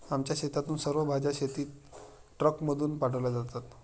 आमच्या शेतातून सर्व भाज्या शेतीट्रकमधून पाठवल्या जातात